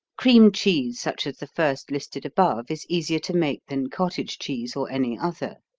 cream cheese such as the first listed above is easier to make than cottage cheese or any other.